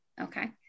Okay